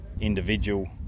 individual